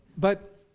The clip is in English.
but